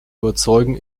überzeugen